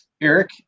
Eric